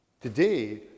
Today